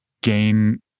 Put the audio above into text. gain